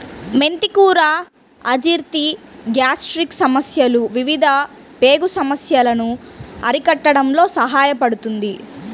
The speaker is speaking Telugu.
మెంతి కూర అజీర్తి, గ్యాస్ట్రిక్ సమస్యలు, వివిధ పేగు సమస్యలను అరికట్టడంలో సహాయపడుతుంది